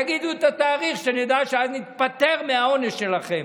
תגידו את התאריך, כדי שנדע שאז ניפטר מהעונש שלכם.